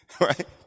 right